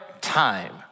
time